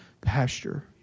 pasture